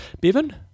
Bevan